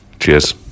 Cheers